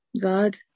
God